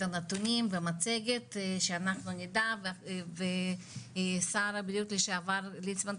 הנתונים והמצגת שאנחנו נדע ושר הבריאות לשעבר ליצמן,